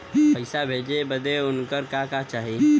पैसा भेजे बदे उनकर का का चाही?